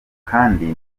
kandi